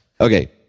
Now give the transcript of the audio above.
Okay